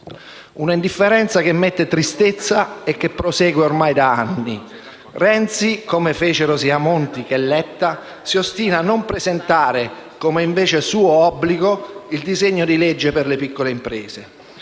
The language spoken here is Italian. un'indifferenza che mette tristezza e che prosegue ormai da anni. Renzi - come fecero sia Monti che Letta - si ostina a non presentare, come è invece suo obbligo, il disegno di legge per le piccole imprese.